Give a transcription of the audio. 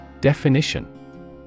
Definition